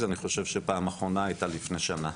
אני חושב שפעם אחרונה הייתה לפני שנה.